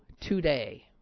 today